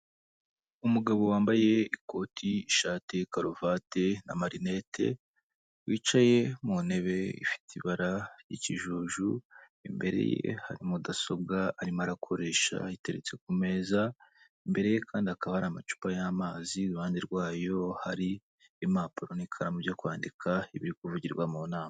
Umugabo wambaye ikoti, ishati, karuvate n'amarinete, wicaye mu ntebe ifite ibara ry'ikijuju, imbere ye hari mudasobwa, arimo arakoresha iteretse ku meza, imbere ye kandi hakaba hari amacupa y'amazi, iruhande rwayo hari impapuro n'ikaramu byo kwandika ibiri kuvugirwa mu nama.